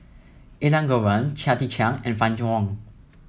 Elangovan Chia Tee Chiak and Fann Wong